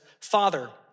Father